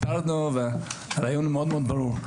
הרעיון הוא מאוד ברור.